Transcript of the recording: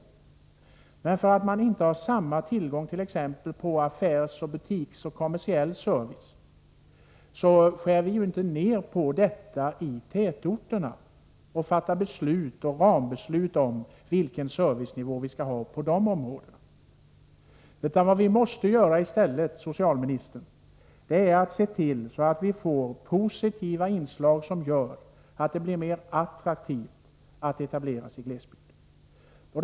Men bara därför att man i glesbygden inte har samma tillgång på affärs-, butiksoch annan kommersiell service skär vi ju inte ner på detta i tätorterna eller fattar beslut och rambeslut om vilken servicenivå vi skall ha inom dessa områden. Vad vi i stället måste göra, socialministern, är att se till att vi får positiva inslag som gör att det blir mer attraktivt att etablera sig i glesbygden.